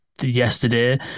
yesterday